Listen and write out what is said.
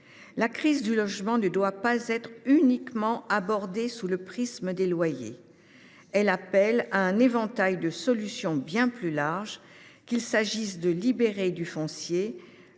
La crise du logement ne doit pas être uniquement abordée au prisme des loyers. Elle appelle un éventail de solutions bien plus large. Qu’il s’agisse de libérer du foncier,